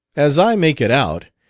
as i make it out,